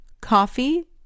coffee